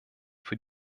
für